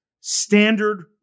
standard